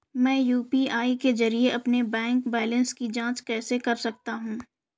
मैं यू.पी.आई के जरिए अपने बैंक बैलेंस की जाँच कैसे कर सकता हूँ?